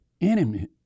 enemy